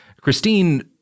Christine